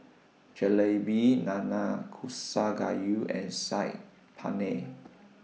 Jalebi Nanakusa Gayu and Saag Paneer